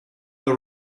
the